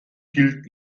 gilt